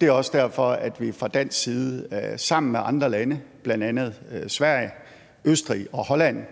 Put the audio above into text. Det er også derfor, at vi fra dansk side sammen med andre lande, bl.a. Sverige, Østrig og Holland,